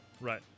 right